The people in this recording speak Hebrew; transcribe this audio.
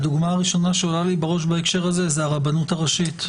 הדוגמה הראשונה שעולה לי בראש בהקשר הזה זו הרבנות הראשית.